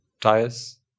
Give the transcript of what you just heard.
tires